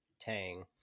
tang